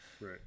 Right